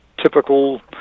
typical